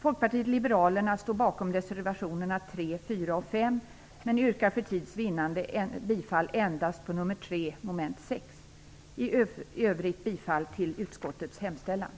Folkpartiet liberalerna står bakom reservationerna 3, 4 och 5, men yrkar för tids vinnande bifall endast till nr 3, mom. 6. I övrigt yrkar vi bifall till utskottets hemställan.